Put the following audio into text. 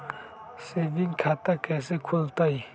Saving खाता कैसे खुलतई?